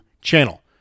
channel